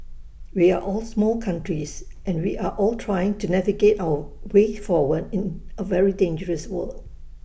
we are all small countries and we are all trying to navigate our way forward in A very dangerous world